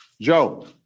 Joe